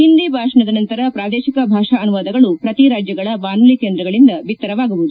ಹಿಂದಿ ಭಾಷಣದ ನಂತರ ಪ್ರಾದೇಶಿಕ ಭಾಷಾ ಅನುವಾದಗಳು ಪ್ರತಿ ರಾಜ್ಯಗಳ ಬಾನುಲಿ ಕೇಂದ್ರಗಳಿಂದ ಬಿತ್ತರವಾಗುವುದು